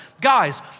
guys